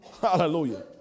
Hallelujah